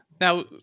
Now